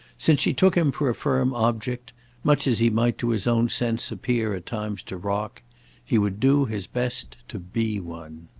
since she took him for a firm object much as he might to his own sense appear at times to rock he would do his best to be one.